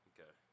Okay